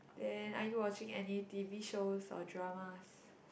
then are you watching any t_v shows or dramas